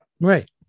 right